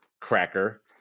cracker